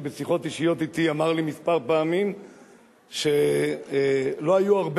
שבשיחות אישיות אתי אמר לי כמה פעמים שלא היו הרבה